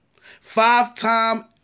Five-time